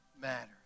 matters